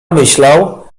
myślał